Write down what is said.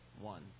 one